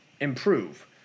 improve